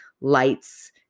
lights